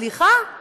סליחה,